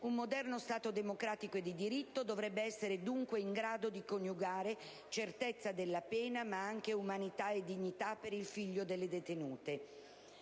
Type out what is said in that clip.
Un moderno Stato democratico e di diritto dovrebbe essere dunque in grado di coniugare la certezza della pena con l'umanità e dignità per figli delle detenute.